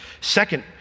second